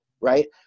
right